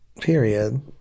Period